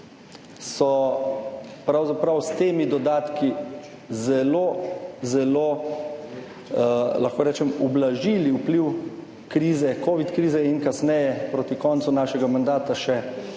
so pravzaprav s temi dodatki zelo, zelo, lahko rečem, ublažili vpliv covid krize in kasneje, proti koncu našega mandata, še